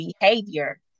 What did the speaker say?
behavior